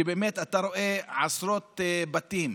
שבאמת אתה רואה עשרות בתים,